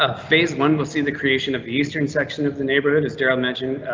ah phase one will see the creation of the eastern section of the neighborhood is darrell mentioned,